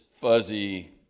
fuzzy